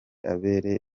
abere